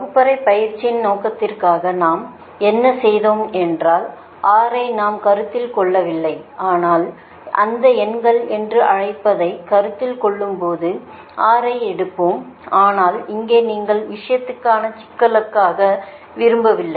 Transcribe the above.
வகுப்பறை பயிற்சியின் நோக்கத்திற்காக நாம் என்ன செய்தோம் என்றால் R ஐ நாம் கருத்தில் கொள்ளவில்லை ஆனால் அந்த எண்கள் என்று அழைப்பதை கருத்தில் கொள்ளும்போது R ஐ எடுப்போம் ஆனால் இங்கே நீங்கள் விஷயங்களை சிக்கலாக்க விரும்பவில்லை